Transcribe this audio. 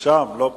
שם, לא פה.